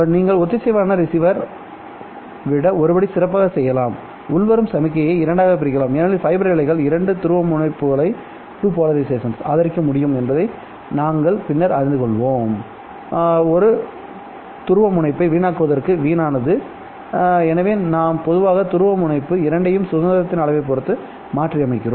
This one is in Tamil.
நீங்கள் ஒத்திசைவான ரிசீவர் விட ஒரு படி சிறப்பாகச் செய்யலாம்உள்வரும் சமிக்ஞையை இரண்டாகப் பிரிக்கலாம் ஏனெனில் பைபர் இழைகள் இரண்டு துருவமுனைப்புகளை ஆதரிக்க முடியும் என்பதை நாங்கள் பின்னர் அறிந்து கொள்வோம்ஒரு துருவமுனைப்பை வீணாக்குவதற்கு வீணானது எனவே நாம் பொதுவாக துருவமுனைப்பு இரண்டையும் சுதந்திரத்தின் அளவை பொருத்து மாற்றியமைக்கிறோம்